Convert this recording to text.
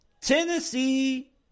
Tennessee